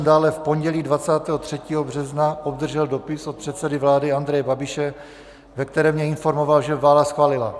Dále jsem v pondělí 23. března obdržel dopis od předsedy vlády Andreje Babiše, ve kterém mě informoval, že vláda schválila